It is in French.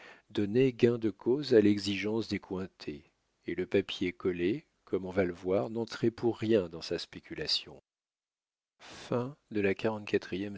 donnait gain de cause à l'exigence des cointet et le papier collé comme on va le voir n'entrait pour rien dans sa spéculation